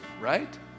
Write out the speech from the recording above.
right